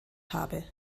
habe